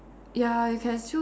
ya you can still